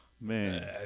Man